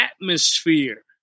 atmosphere